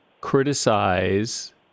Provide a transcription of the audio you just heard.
criticize